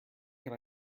can